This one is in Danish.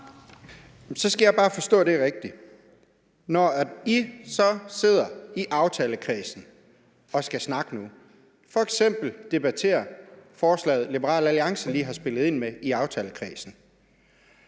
Så skal jeg bare forstå det rigtigt: Når I så sidder i aftalekredsen og skal snakke nu og f.eks. debattere det forslag, Liberal Alliance lige har spillet ind med i aftalekredsen,